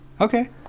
Okay